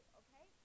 okay